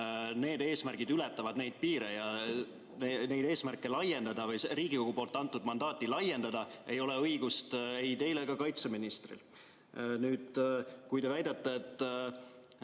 Need eesmärgid ületavad neid piire ja neid eesmärke laiendada või Riigikogu antud mandaati laiendada ei ole õigust ei teil ega kaitseministril. Nüüd, kui te väidate, et